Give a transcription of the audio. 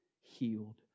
healed